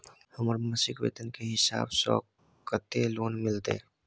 हमर मासिक वेतन के हिसाब स कत्ते लोन मिलते?